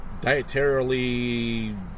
dietarily